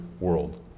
world